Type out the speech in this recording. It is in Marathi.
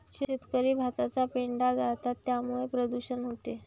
शेतकरी भाताचा पेंढा जाळतात त्यामुळे प्रदूषण होते